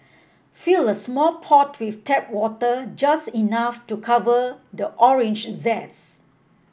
fill a small pot with tap water just enough to cover the orange zest